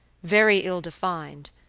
very ill-defined,